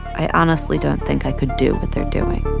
i honestly don't think i could do what they're doing